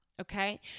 Okay